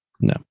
No